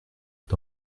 est